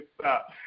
stop